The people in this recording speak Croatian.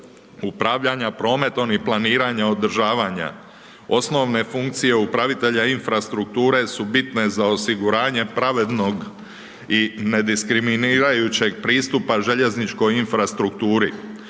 upravljanja prometom i planiranja održavanja. Osnovne funkcije upravitelja infrastrukture su bitne za osiguranje pravednog i nediskriminirajućeg pristupa željezničkoj infrastrukturi